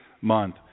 month